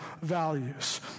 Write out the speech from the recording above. values